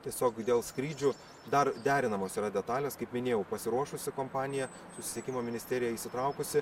tiesiog dėl skrydžių dar derinamos yra detalės kaip minėjau pasiruošusi kompanija susisiekimo ministerija įsitraukusi